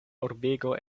urbego